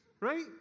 Right